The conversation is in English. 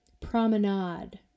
Promenade